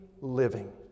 living